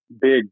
big